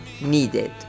needed